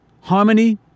Harmony